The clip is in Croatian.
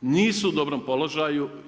nisu u dobrom položaju.